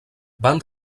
van